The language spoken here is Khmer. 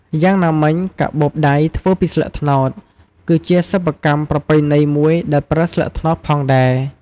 យ៉ាងណាមិញ ការបូបដៃធ្វើពីស្លឹកត្នោត គឺជាសិប្បកម្មប្រពៃណីមួយដែលប្រើស្លឹកត្នោតផងដែរ។